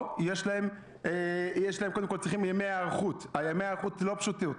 הם קודם כול צריכים ימי הערכות לא פשוטים,